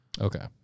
Okay